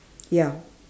ya